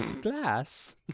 Glass